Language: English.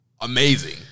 Amazing